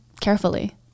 carefully